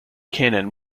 cannon